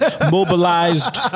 mobilized